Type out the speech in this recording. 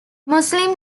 muslim